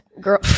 Girl